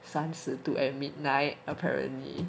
三十度 at midnight apparently